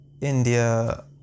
India